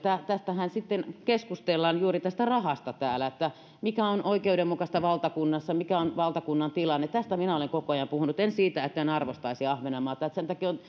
täällähän keskustellaan juuri tästä rahasta mikä on oikeudenmukaista valtakunnassa mikä on valtakunnan tilanne tästä minä olen koko ajan puhunut en siitä että en arvostaisi ahvenanmaata sen takia